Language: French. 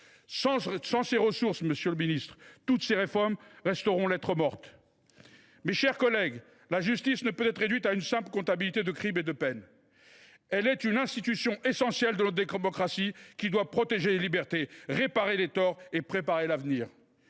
Sans ressources, monsieur le garde des sceaux, toutes les réformes resteront lettre morte. Mes chers collègues, la justice ne peut être réduite à une simple comptabilité des crimes et des peines : elle est une institution essentielle de notre démocratie, qui doit protéger les libertés, réparer les torts et préparer l’avenir.